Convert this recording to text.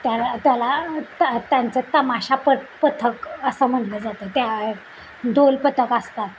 त्याला त्याला त्या त्यांचं तमाशा प पथक असं म्हटलं जातं त्या ढोल पथक असतात